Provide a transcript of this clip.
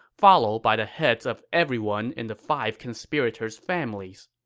followed by the heads of everyone in the five conspirators' families.